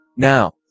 Now